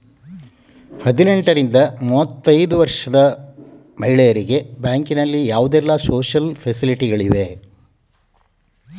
ಹದಿನೆಂಟರಿಂದ ಮೂವತ್ತೈದು ವರ್ಷ ಮಹಿಳೆಯರಿಗೆ ಬ್ಯಾಂಕಿನಲ್ಲಿ ಯಾವುದೆಲ್ಲ ಸೋಶಿಯಲ್ ಫೆಸಿಲಿಟಿ ಗಳಿವೆ?